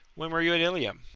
when were you at ilium?